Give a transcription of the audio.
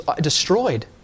destroyed